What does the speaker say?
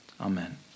Amen